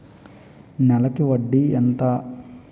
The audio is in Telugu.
నెలకి వడ్డీ ఎంత?